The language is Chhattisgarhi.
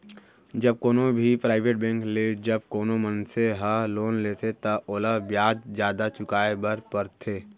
जब कोनो भी पराइबेट बेंक ले जब कोनो मनसे ह लोन लेथे त ओला बियाज जादा चुकाय बर परथे